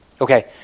Okay